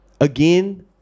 Again